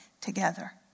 together